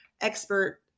expert